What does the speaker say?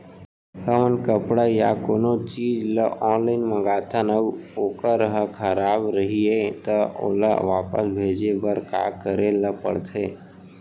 हमन कपड़ा या कोनो चीज ल ऑनलाइन मँगाथन अऊ वोकर ह खराब रहिये ता ओला वापस भेजे बर का करे ल पढ़थे?